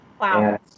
Wow